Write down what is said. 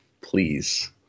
Please